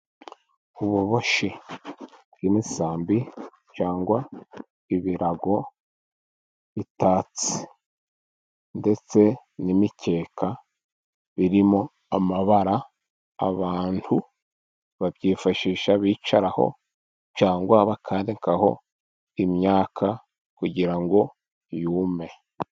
Ububoshi bw'imisambi cyangwa ibirago bitatse, ndetse n'imikeka birimo amabara, abantu babyifashisha bicaraho cyangwa bakanikaho imyaka kugira ngo yume.